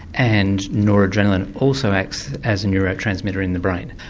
and noradrenaline also acts as a neurotransmitter in the brain.